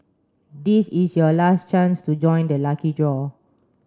this is your last chance to join the lucky draw